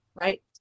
right